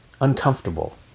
uncomfortable